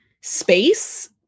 space